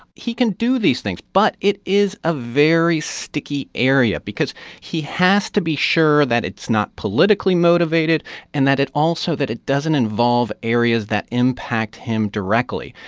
he can do these things. but it is a very sticky area because he has to be sure that it's not politically motivated and that it also that it doesn't involve areas that impact him directly.